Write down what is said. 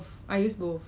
smells like